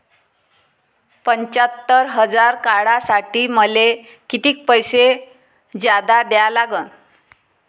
पंच्यात्तर हजार काढासाठी मले कितीक पैसे जादा द्या लागन?